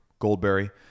goldberry